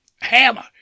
Hammer